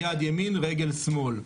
יד ימין-רגל שמאל,